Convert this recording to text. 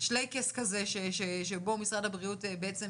שלייקס כזה שבו משרד הבריאות בעצם